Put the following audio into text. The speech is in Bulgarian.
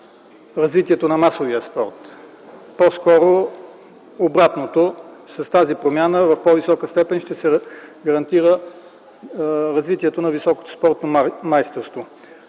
развитието на масовия спорт. По-скоро обратното – с тази промяна в по-висока степен ще се гарантира развитието на високото спортно майсторство.